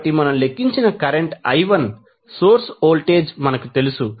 కాబట్టి మనము లెక్కించిన కరెంట్ I1 సోర్స్ వోల్టేజ్ మనకు తెలుసు